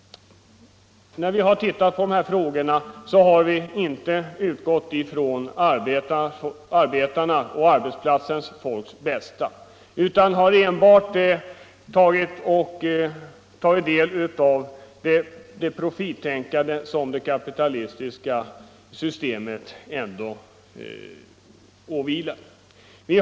I de sammanhangen har man inte utgått från arbetarnas bästa, inte tagit hänsyn till arbetsplatsens folk, utan grunden har varit den profittanke som det kapitalistiska systemet ändå vilar på.